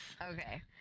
Okay